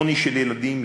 עוני של ילדים,